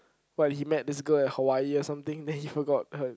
what he met this girl at Hawaii or something then he forgot her